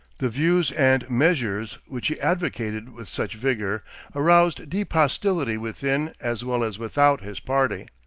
the views and measures which he advocated with such vigor aroused deep hostility within as well as without his party.